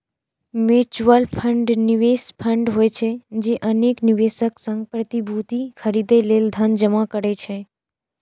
mutual fund निवेश fund होइ छै, जे अनेक निवेशक सं प्रतिभूति खरीदै लेल धन जमा करै छै